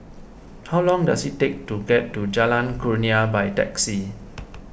how long does it take to get to Jalan Kurnia by taxi